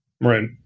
Right